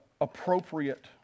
appropriate